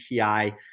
API